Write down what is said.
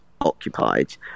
occupied